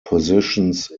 positions